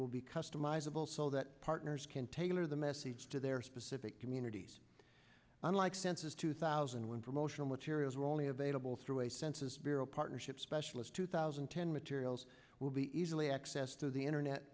will be customizable so that partners can tailor the message to their specific communities unlike census two thousand and one promotional materials were only available through a census bureau partnership specialist two thousand and ten materials will be easily access to the internet